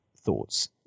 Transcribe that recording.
thoughts